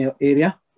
area